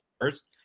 first